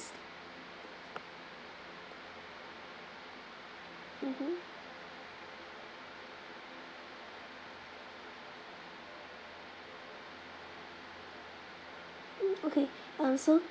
mmhmm mm okay uh so